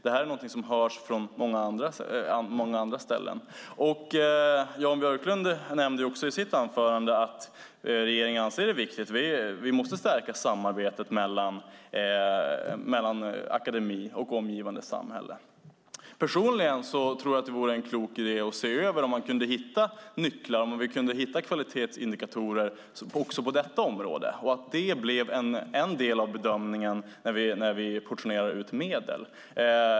Det här är någonting som hörs från många andra ställen, och Jan Björklund nämnde också i sitt anförande att regeringen anser att det är viktigt att stärka samarbetet mellan akademi och omgivande samhälle. Personligen tror jag att det vore en klok idé att se över om man kan hitta nycklar och kvalitetsindikatorer också på detta område som blir en del av bedömningen när vi portionerar ut medel.